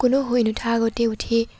কোনো শুই নুঠা আগতেই উঠি